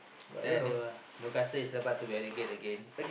that they will Newcastle is about to relegate again